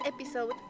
episode